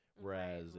Whereas